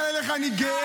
כשאני מסתכל עליך אני גאה.